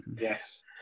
Yes